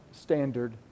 standard